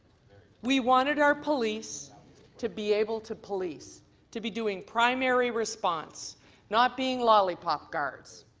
we wanted our police to be able to police to be doing primary response not being lollipop guards.